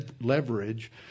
leverage